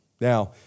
Now